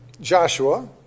Joshua